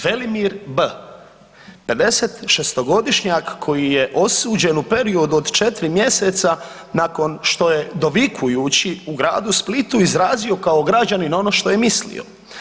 Velimir B. 56-njak koji je osuđen u periodu od četiri mjeseca nakon što je dovikujući u Gradu Splitu izrazio kao građanin ono što je mislio.